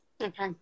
Okay